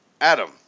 Adam